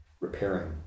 repairing